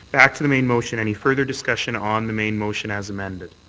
back to the main motion. any further discussion on the main motion as amended?